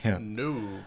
No